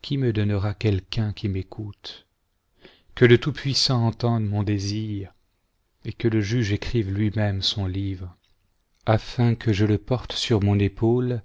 qui me donnera quelqu'un qui m'écoute que le tout-puissant entende mon désir et que le juge écrive luimême son livre afin que je le porte sur mon épaule